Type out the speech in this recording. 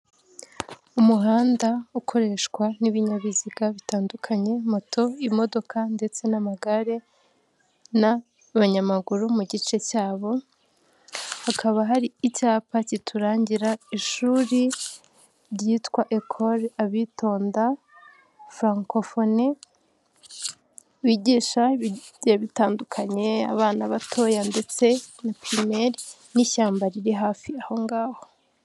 Umuhanda ukoreshwa n'ibinyabiziga bitandukanye, moto, imodoka ndetse n'amagare n'abanyamaguru mu gice cyabo, hakaba hari icyapa kiturangira ishuri ryitwa ekore Abitonda farankofone bigisha ibigiye bitandukanye abana batoya ndetse na pirimeri n'ishyamba riri hafi ahongaho.